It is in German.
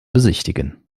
besichtigen